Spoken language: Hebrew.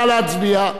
נא להצביע.